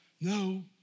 No